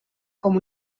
com